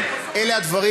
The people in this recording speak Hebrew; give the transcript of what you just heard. אלה הדברים.